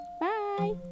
Bye